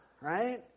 Right